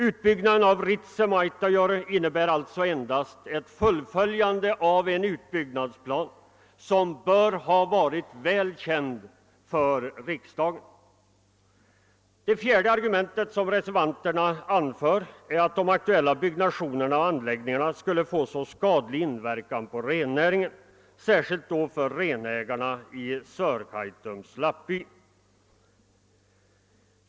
Utbyggnaden av Ritsem och Autajaure innebär alltså endast ett fullföljande av en utbyggnadsplan, som bör ha varit väl känd för riksdagen. Det fjärde argument, som reservan terna anför, är att de nu aktuella byggnationerna och anläggningarna skulle få en skadlig inverkan på rennäringen, särskilt för renägarna i Sörkaitums lappby.